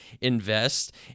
invest